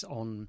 on